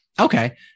Okay